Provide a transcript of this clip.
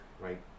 right